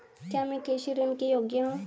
क्या मैं कृषि ऋण के योग्य हूँ?